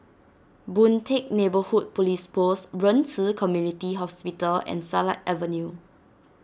Boon Teck Neighbourhood Police Post Ren Ci Community Hospital and Silat Avenue